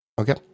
Okay